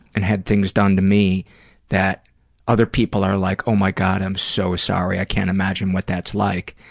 and had things done to me that other people are like, oh my god, i'm so sorry, i can't imagine what that's like,